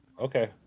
Okay